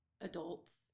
adults